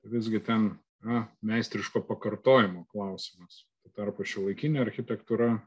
visgi ten na meistriško pakartojimo klausimas tuo tarpu šiuolaikinė architektūra